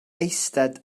eistedd